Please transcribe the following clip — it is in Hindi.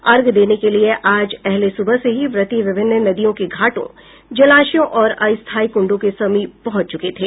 अर्घ्य देने के लिये आज अहले सुबह से ही व्रती विभिन्न नदियों के घाटों जलाशयों और अस्थायी कुंडों के समीप पहुंच चुके थे